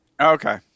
Okay